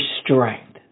strength